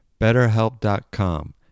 BetterHelp.com